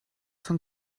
von